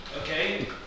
okay